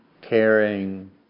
caring